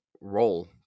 role